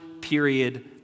period